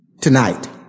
tonight